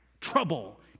trouble